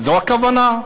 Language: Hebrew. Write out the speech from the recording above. זו הכוונה?